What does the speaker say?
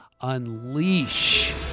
unleash